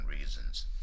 reasons